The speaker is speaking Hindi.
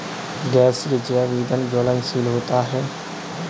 गैसीय जैव ईंधन ज्वलनशील होता है